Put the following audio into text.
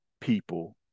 people